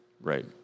Right